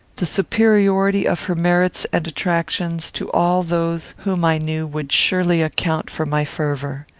the superiority of her merits and attractions to all those whom i knew would surely account for my fervour.